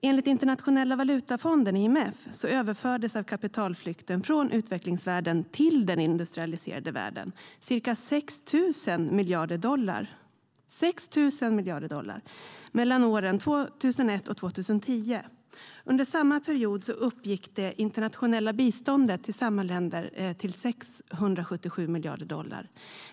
Enligt Internationella valutafonden, IMF, överfördes genom kapitalflykten från utvecklingsvärlden till den industrialiserade världen ca 6 000 miljarder dollar åren 2001-2010. Under samma period uppgick det internationella biståndet till samma länder till 677 miljarder dollar.